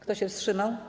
Kto się wstrzymał?